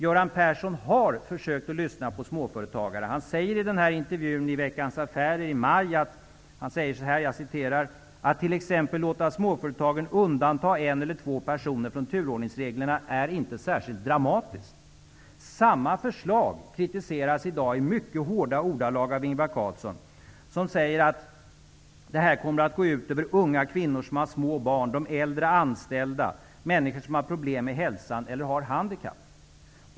Göran Persson har försökt lyssna på småföretagare. Han säger i intervjun i Veckans Affärer i maj: ''Att t.ex. låta småföretagen undanta en eller två personer från turordningsreglerna är inte särskilt dramatiskt.'' Samma förslag kritiseras i dag i mycket hårda ordalag av Ingvar Carlsson, som säger att det här kommer att gå ut över unga kvinnor som har små barn, de äldre anställda, människor som har problem med hälsan eller har handikapp.